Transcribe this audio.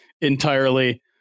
entirely